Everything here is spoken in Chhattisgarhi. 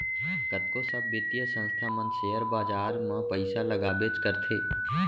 कतको सब बित्तीय संस्था मन सेयर बाजार म पइसा लगाबेच करथे